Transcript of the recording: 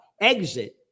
exit